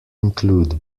include